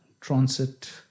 Transit